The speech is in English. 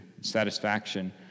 satisfaction